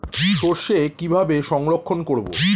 সরষে কিভাবে সংরক্ষণ করব?